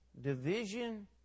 division